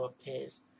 appears